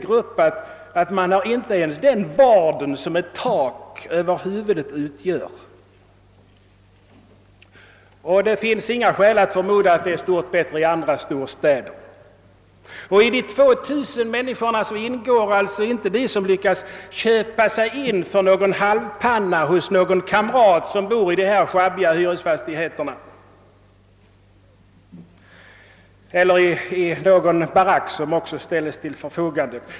Det finns inte heller några skäl att förmoda att det är bättre ställt i andra storstäder. I dessa 2 000 ingår då inte de som lyckats köpa in sig för någon »halvpanna» hos en kamrat i de sjabbiga hyresfastigheter eller baracker som staden ställt till förfogande.